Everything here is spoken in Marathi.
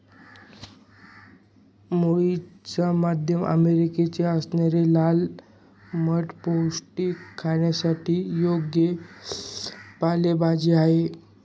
मूळची मध्य अमेरिकेची असणारी लाल माठ पौष्टिक, खाण्यासाठी योग्य पालेभाजी आहे